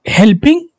helping